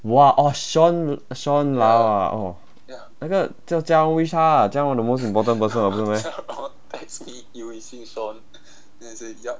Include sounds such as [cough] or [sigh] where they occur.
!wah! orh sean sean lah ah oh 那个叫 [noise] wish 他 [noise] the most important person 不是吗